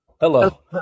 Hello